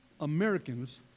Americans